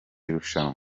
rushanwa